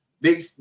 big